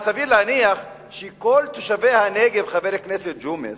אז סביר להניח שכל תושבי הנגב, חבר הכנסת ג'ומס,